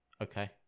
Okay